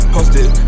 Posted